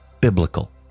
biblical